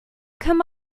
come